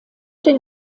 den